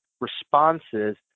responses